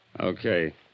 Okay